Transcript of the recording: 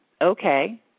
Okay